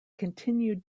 continued